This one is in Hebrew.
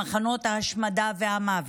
למחנות ההשמדה והמוות.